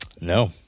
No